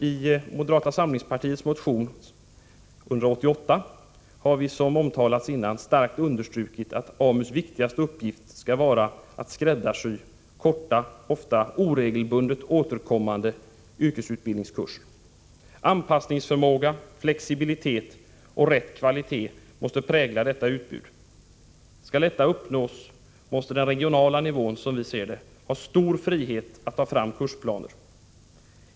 I moderata samlingspartiets motion nr 188 har vi, som redan omtalats, starkt understrukit att AMU:s viktigaste uppgift skall vara att skräddarsy korta, ofta oregelbundet återkommande yrkesutbildningskurser. Anpassningsförmåga, flexibilitet och rätt kvalitet måste prägla detta utbud. Skall detta uppnås, måste den regionala nivån ha stor frihet att ta fram kursplanen.